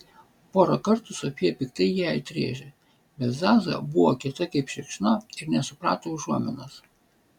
porą kartų sofija piktai jai atrėžė bet zaza buvo kieta kaip šikšna ir nesuprato užuominos